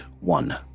one